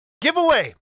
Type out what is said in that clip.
Giveaway